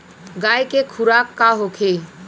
गाय के खुराक का होखे?